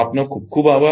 આપનો ખુબ ખુબ આભાર